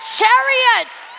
chariots